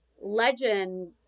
legend